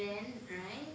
then right